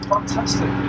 Fantastic